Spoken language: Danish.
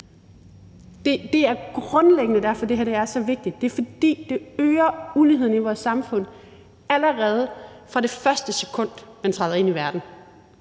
Det er grundlæggende derfor, at det her er så vigtigt – det er, fordi det øger uligheden i vores samfund allerede fra det sekund, man kommer til verden.